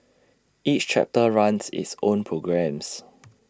each chapter runs its own programmes